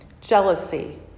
jealousy